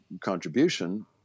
contribution